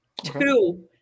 Two